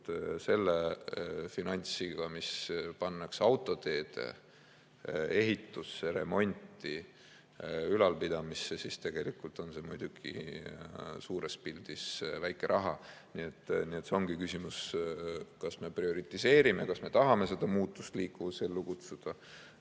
nende finantsvahenditega, mis pannakse autoteede ehitusse, remonti, ülalpidamisse, siis tegelikult on see muidugi suures pildis väike raha. Nii et see ongi küsimus, kas me seda prioritiseerime, kas me tahame seda muutust liikuvuses ellu kutsuda